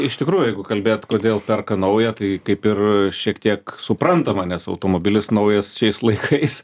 iš tikrųjų jeigu kalbėt kodėl perka naują tai kaip ir šiek tiek suprantama nes automobilis naujas šiais laikais